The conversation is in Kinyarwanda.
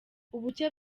ubuke